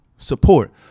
Support